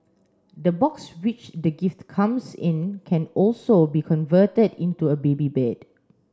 the box which the gift comes in can also be converted into a baby bed